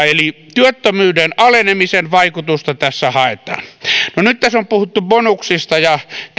työttömyyden alenemisen vaikutusta tässä haetaan nyt tässä on puhuttu bonuksista ja